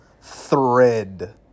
Thread